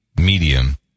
medium